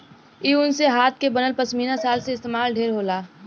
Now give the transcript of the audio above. इ ऊन से हाथ के बनल पश्मीना शाल में इस्तमाल ढेर होला